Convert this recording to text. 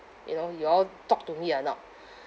you know you all talk to me or not